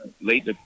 late